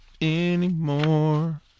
anymore